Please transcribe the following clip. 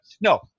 no